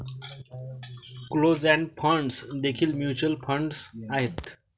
closed end funds देखील mutual fund आहेत